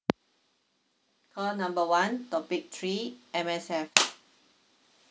number one topic three M_S_F